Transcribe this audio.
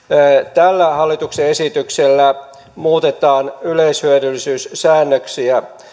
tällä hallituksen esityksellä muutetaan yleishyödyllisyyssäännöksiä